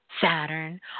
Saturn